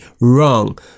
wrong